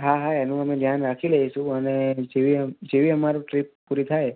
હા હા એનું અમે ધ્યાન રાખી લઈશું અને જેવી જેવી અમારી ટ્રીપ પૂરી થાય